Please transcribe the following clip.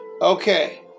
Okay